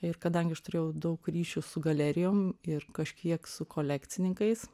ir kadangi aš turėjau daug ryšių su galerijom ir kažkiek su kolekcininkais